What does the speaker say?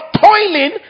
toiling